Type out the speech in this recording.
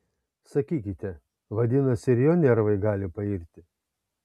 sakykite vadinasi ir jo nervai gali pairti